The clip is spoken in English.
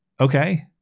Okay